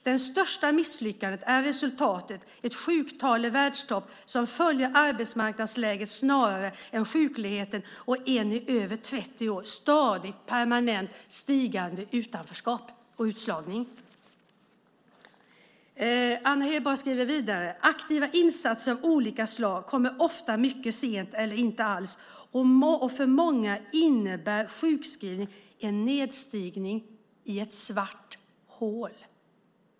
Det största misslyckandet är resultatet, ett sjuktal i världstopp som följer arbetsmarknadsläget snarare än sjukligheten och ett i över 30 år stadigt, permanent, stigande utanförskap och utslagning. Anna Hedborg skriver vidare: Aktiva insatser av olika slag kommer ofta mycket sent eller inte alls, och för många innebär sjukskrivning en nedstigning i ett svart hål.